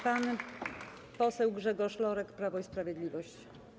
Pan poseł Grzegorz Lorek, Prawo i Sprawiedliwość.